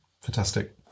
Fantastic